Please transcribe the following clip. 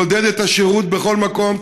לעודד את השירות בכל מקום,